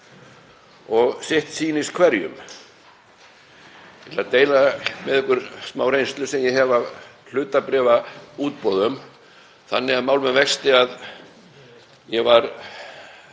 og sitt sýnist hverjum. Ég ætla að deila með ykkur smá reynslu sem ég hef af hlutabréfaútboðum. Þannig er mál með vexti að ég var